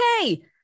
okay